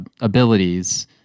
abilities